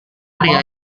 pria